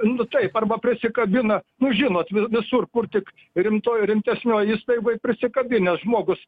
nu taip arba prisikabino nu žinot visur kur tik rimtoj rimtesnioj įstaigoj prisikabinęs žmogus